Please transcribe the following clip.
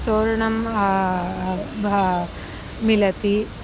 तोरणं मिलति